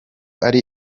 ari